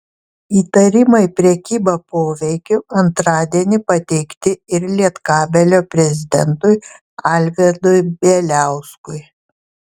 įtarimai prekyba poveikiu antradienį pateikti ir lietkabelio prezidentui alvydui bieliauskui